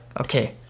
Okay